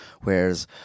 whereas